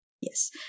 Yes